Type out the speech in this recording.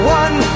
one